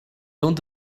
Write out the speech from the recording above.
don’t